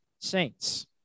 saints